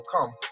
come